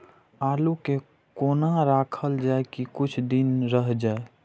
आलू के कोना राखल जाय की कुछ दिन रह जाय?